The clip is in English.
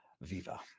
Viva